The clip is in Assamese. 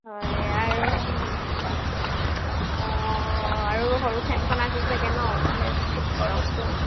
হয় আৰু অঁ আৰু সৰু ফেনখন আছে চাগৈ ন নহ'লে বহুত গৰমটো